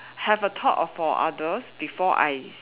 have a thought for others before I